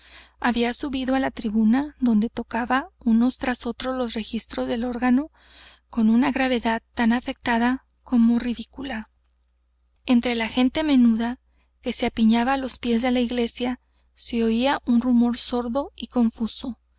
había subido á la tribuna donde tocaba unos tras otros los registros del órgano con una gravedad tan afectada como ridicula entre la gente menuda que se apiñaba á los pies de la iglesia se oía un rumor sordo y confuso